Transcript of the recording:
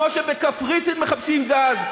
כמו שבקפריסין מחפשים גז,